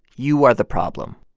you are the problem.